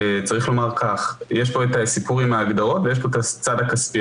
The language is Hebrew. צריך לומר שיש פה את הסיפור עם ההגדרות ויש פה את הצד הכספי.